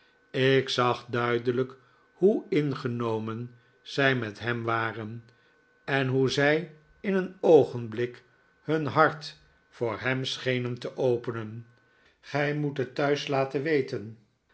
ik zag duidelijk hoe ingenomen zij mef hem waren en hoe zij in een oogenblik hun hart voor hem schenen te openen gij moet het thuis laten weten